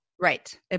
Right